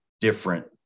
different